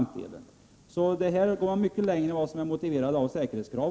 Kraven går alltså mycket längre än vad som är motiverat av säkerhetsskäl.